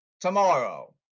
tomorrow